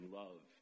love